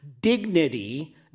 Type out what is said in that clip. dignity